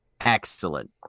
Excellent